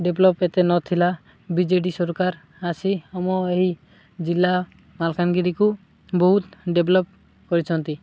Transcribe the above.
develop ଏତେ ନଥିଲା B J D ସରକାର ଆସି ଆମ ଏହି ଜିଲ୍ଲା ମାଲକାନଗିରିକୁ ବହୁତ ଡେଭ୍ଲପ୍ କରିଛନ୍ତି